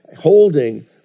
holding